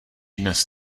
dnes